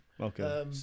Okay